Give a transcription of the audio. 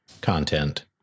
content